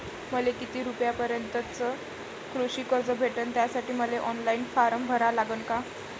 मले किती रूपयापर्यंतचं कृषी कर्ज भेटन, त्यासाठी मले ऑनलाईन फारम भरा लागन का?